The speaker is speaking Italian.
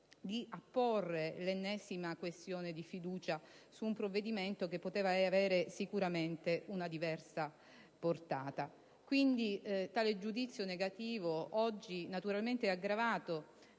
di apporre l'ennesima questione di fiducia su un provvedimento che poteva avere sicuramente una diversa portata. Il nostro giudizio negativo di oggi è pertanto aggravato